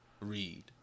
read